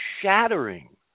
shattering